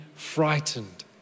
frightened